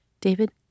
David